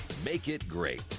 make it great!